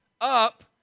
up